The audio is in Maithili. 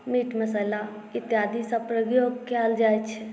मीट मसाला इत्यादि सभ प्रयोग कयल जाइत छै